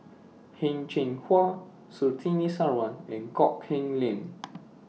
Heng Cheng Hwa Surtini Sarwan and Kok Heng Leun